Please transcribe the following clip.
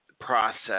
process